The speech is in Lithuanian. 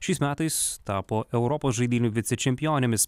šiais metais tapo europos žaidynių vicečempionėmis